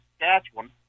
Saskatchewan